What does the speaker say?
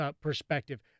perspective